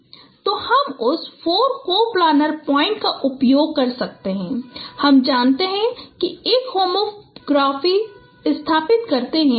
तो हम उस 4 कोप्लानर पॉइंट का उपयोग कर सकते हैं हम जानते हैं कि वे एक होमोग्राफी स्थापित करते हैं